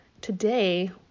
Today